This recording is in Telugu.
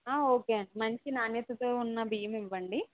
ఓకే అండి మంచి నాణ్యతతో ఉన్న బియ్యం ఇవ్వండి